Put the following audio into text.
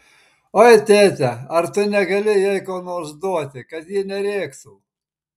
oi tėte ar tu negali jai ko nors duoti kad ji nerėktų